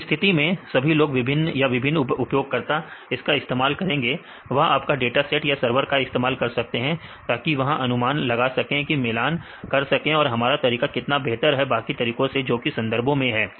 इस स्थिति में सभी लोग विभिन्न या विभिन्न उपयोगकर्ता इसका इस्तेमाल कर सकते हैं वह आपका डाटा सेट या सरवर का इस्तेमाल कर सकते हैं ताकि वहां अनुमान लगा सकें और मिलान कर सके कि हमारा तरीका कितना बेहतर है बाकी तरीकों से जो कि संदर्भों में है